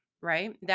right